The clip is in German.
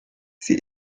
sie